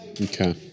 okay